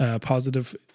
positive